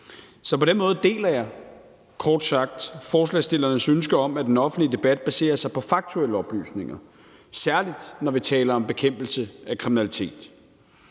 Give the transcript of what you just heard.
Så på den måde deler jeg kort sagt forslagsstillernes ønske om, at den offentlige debat baserer sig på faktuelle oplysninger, særlig når vi taler om bekæmpelse af kriminalitet.